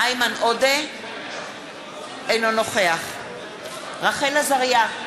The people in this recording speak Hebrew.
אינו נוכח רחל עזריה,